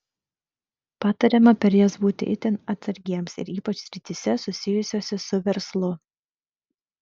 patariama per jas būti itin atsargiems ir ypač srityse susijusiose su verslu